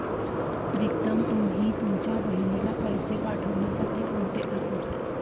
प्रीतम तुम्ही तुमच्या बहिणीला पैसे पाठवण्यासाठी कोणते ऍप वापरता?